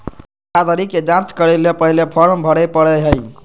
धोखाधड़ी के जांच करय ले पहले फॉर्म भरे परय हइ